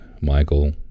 Michael